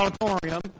Auditorium